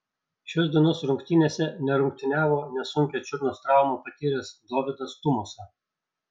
šios dienos rungtynėse nerungtyniavo nesunkią čiurnos traumą patyręs dovydas tumosa